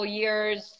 years